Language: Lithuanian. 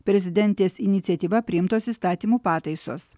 prezidentės iniciatyva priimtos įstatymų pataisos